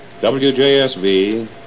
WJSV